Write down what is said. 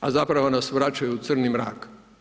A zapravo nas vraćaju u crni mrak.